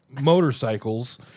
motorcycles